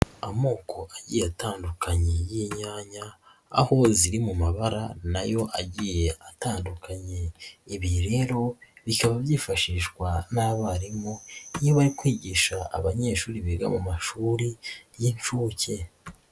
Amoko agiye atandukanye y'inyanya, aho ziri mu mabara nayo agiye atandukanye, ibi rero bikaba byifashishwa n'abarimu iyo bari kwigisha abanyeshuri biga mu mashuri y'inshuke.